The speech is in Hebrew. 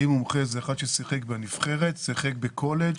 האם מומחה זה אחד ששיחק בנבחרת, שיחק בקולג'?